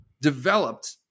developed